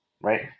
right